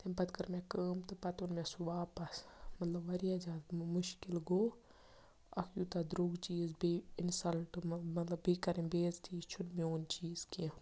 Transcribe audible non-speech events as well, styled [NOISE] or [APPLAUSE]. تَمہِ پَتہٕ کٔر مےٚ کٲم تہٕ پَتہٕ اوٚن مےٚ سُہ واپَس مطلب واریاہ زیادٕ مُشکِل گوٚو اَکھ یوٗتاہ درٛوٚگ چیٖز بیٚیہِ اِنسَلٹ [UNINTELLIGIBLE] مطلب بیٚیہِ کَرٕنۍ بے عزتی یہِ چھُنہٕ میون چیٖز کینٛہہ